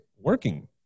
working